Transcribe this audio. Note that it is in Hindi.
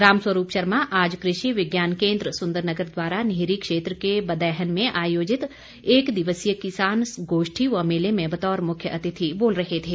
राम स्वरूप शर्मा आज कृषि विज्ञान केन्द्र सुंदरनगर द्वारा निहरी क्षेत्र के बदैहन में आयोजित एक दिवसीय किसान गोष्ठी व मेले में बतौर मुख्य अतिथि बोल रहे थे